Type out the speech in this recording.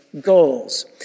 goals